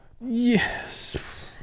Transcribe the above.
Yes